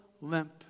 limp